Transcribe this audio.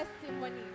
testimony